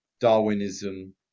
Darwinism